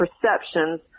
perceptions